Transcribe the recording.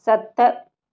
सत